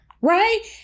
right